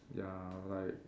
ya like